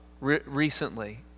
recently